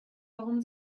warum